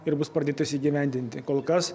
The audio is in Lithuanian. ir bus pradėtas įgyvendinti kol kas